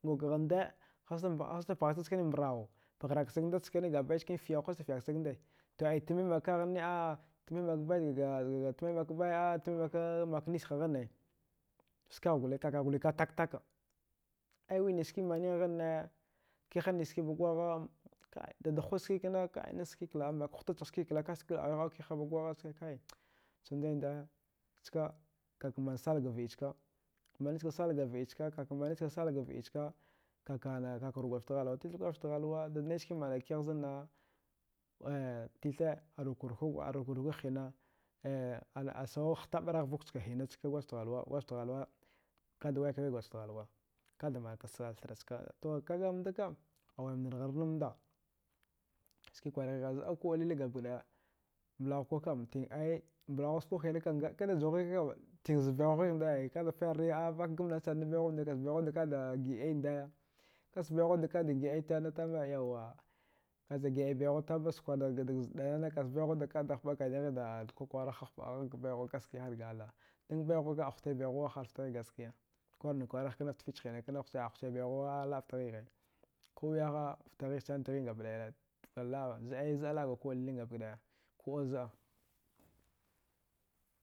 Ngukghande hasta pghaksag chkane mprau, paghraksagnda gabɗai chkane fyau hasta fyaksagnde to aitmi makaghanni a tmimak bay zgaga tmimak baya tmimaknisha ghanne skagh gole kakagh gole ka takataka ai winachski manigh hanne kiha nichskiba gwagha kai dadahutskika kna nachski kla. a mak huthachagh ski kla. a kasta kwil awigh awa kihaba gwagha ska kai chandai ndaya ska kakaman salga vɗichka manichka salga vɗichka kaka manichka salga vɗichka kaka ana kakaruk gwadjgaft ghalwa ticha gwadjgaft ghalwa dida nai ski manakigh zan nɗa titha rukkarukagh arukkarukagh hina eh asawagh da htaɗara vokchka hina ska gwadjgaft ghalwa kada wayakiwai ghwadjgaft ghalwa damanka thrachka to kaga mdakam awaidarghar namda, ska twarghiha zdɗa kuɗ liling gabakɗaya mlaghu kuɗ kam ting ai mblaghus kuɗkam kudajuwaghigh kam tinza baighuwa ghigh ndai ai kaghda ka payarni a vak gamnansan an baighu mina kazbaighuda kada giɗai ndaya kazbaighuda kada giɗai santama yauwa, daida giɗai baihauwa tama kaghda skwardghar dag zɗa nana kazbaighuda kada hpaɗa kadighighda kwakwara hah hpaɗa hak baighuwa gaskia harga allah dan baighuwa kam ahutai baiguwa wahala ftaghighe gaskiya kwanakwaragh kan ftafich hinakna hucha ahuchi baighuwa laɗ ftaghighe, kuwiyaha ftaghighsani, dghin gabɗaya, la. a zɗa ai zɗa laga kuɗa liling gabɗaya kuɗa zɗa